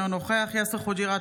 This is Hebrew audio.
אינו נוכח יאסר חוג'יראת,